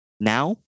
Now